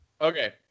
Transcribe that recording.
Okay